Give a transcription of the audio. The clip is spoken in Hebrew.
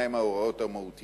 מה הן ההוראות המהותיות,